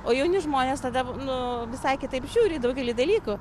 o jauni žmonės tada nu visai kitaip žiūri į daugelį dalykų